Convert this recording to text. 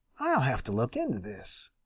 i'll have to look into this.